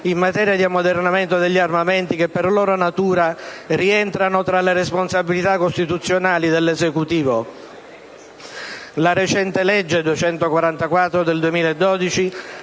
in materia di ammodernamento degli armamenti che, per loro natura, rientrano tra le responsabilità costituzionali dell'Esecutivo. La recente legge n. 244 del 2012,